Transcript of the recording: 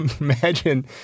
imagine